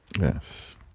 Yes